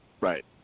right